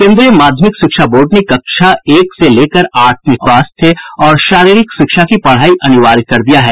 केन्द्रीय माध्यमिक शिक्षा बोर्ड ने कक्षा एक से लेकर आठ तक स्वास्थ्य और शारीरिक शिक्षा की पढ़ाई को अनिवार्य कर दिया है